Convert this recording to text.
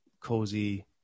cozy